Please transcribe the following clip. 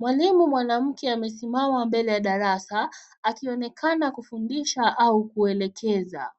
Mwalimu mwanamke amesimama mbele ya darasa, akionekana kufundisha au kuelekeza.